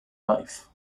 life